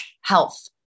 health